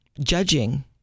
judging